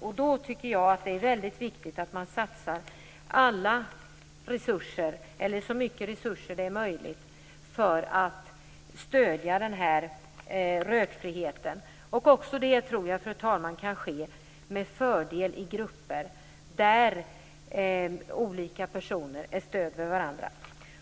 I sådana fall är det väldigt viktigt att man satsar så mycket resurser som möjligt för att stödja rökfriheten. Också detta kan med fördel ske i grupper där olika personer stöder varandra.